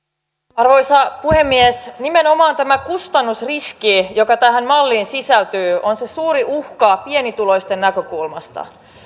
arvoisa puhemies nimenomaan tämä kustannusriski joka tähän malliin sisältyy on se suuri uhka pienituloisten näkökulmasta